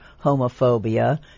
homophobia